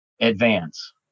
advance